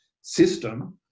system